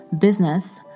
business